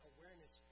Awareness